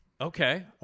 okay